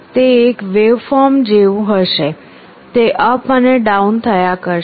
તે એક વેવફોર્મ જેવું હશે તે અપ અને ડાઉન થયા કરશે